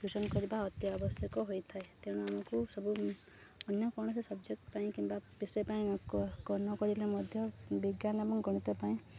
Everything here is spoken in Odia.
ଟିଉସନ୍ କରିବା ଅତି ଆବଶ୍ୟକ ହୋଇଥାଏ ତେଣୁ ଆମକୁ ସବୁ ଅନ୍ୟ କୌଣସି ସବଜେକ୍ଟ ପାଇଁ କିମ୍ବା ବିଷୟ ପାଇଁ ନକରିଲେ ମଧ୍ୟ ବିଜ୍ଞାନ ଏବଂ ଗଣିତ ପାଇଁ